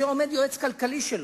עומד יועץ כלכלי שלו,